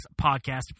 podcast